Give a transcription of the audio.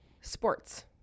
sports